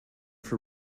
for